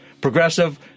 progressive